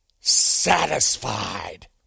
satisfied